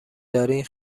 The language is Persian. دارین